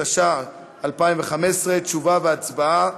התשע"ה 2015. תשובה והצבעה,